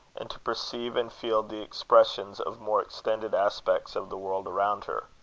and to perceive and feel the expressions of more extended aspects of the world around her.